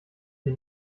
die